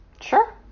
Sure